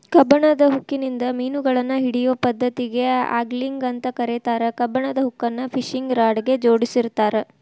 ಕಬ್ಬಣದ ಹುಕ್ಕಿನಿಂದ ಮಿನುಗಳನ್ನ ಹಿಡಿಯೋ ಪದ್ದತಿಗೆ ಆಂಗ್ಲಿಂಗ್ ಅಂತ ಕರೇತಾರ, ಕಬ್ಬಣದ ಹುಕ್ಕನ್ನ ಫಿಶಿಂಗ್ ರಾಡ್ ಗೆ ಜೋಡಿಸಿರ್ತಾರ